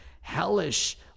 hellish